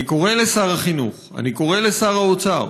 אני קורא לשר החינוך ואני קורא לשר האוצר